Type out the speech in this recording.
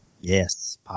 Yes